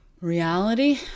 reality